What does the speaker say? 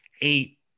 eight